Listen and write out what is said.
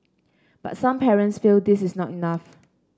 but some parents feel this is not enough